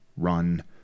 run